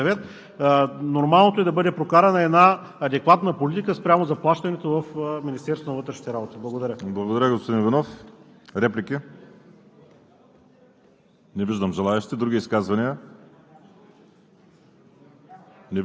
това, което Вие им вземате от джоба, и накрая министър-председателят пак да го дава с решение на Министерския съвет. Нормалното е да бъде прокарана една адекватна политика спрямо заплащането в Министерството на вътрешните работи. Благодаря.